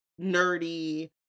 nerdy